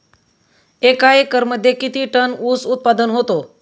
एका एकरमध्ये किती टन ऊस उत्पादन होतो?